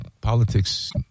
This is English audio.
politics